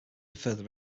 further